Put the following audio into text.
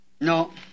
No